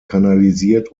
kanalisiert